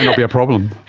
and be a problem.